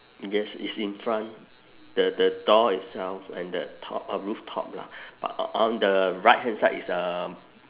yes it's in front the the door itself and that top uh rooftop lah but o~ on the right hand side is um